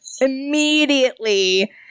immediately